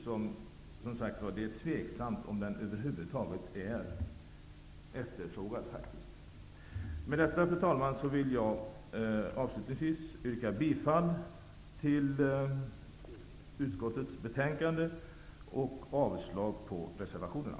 Men, som sagt, det är tveksamt om föreslagna regel över huvud taget är efterfrågad. Avslutningsvis yrkar jag, fru talman, bifall till hemställan i utskottets betänkande och avslag på reservationerna.